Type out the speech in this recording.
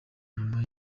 nyuma